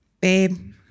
babe